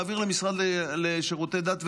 להעביר למשרד לשירותי דת,